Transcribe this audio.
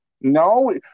No